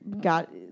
got